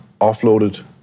offloaded